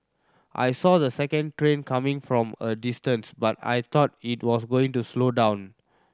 I saw the second train coming from a distance but I thought it was going to slow down